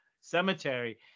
cemetery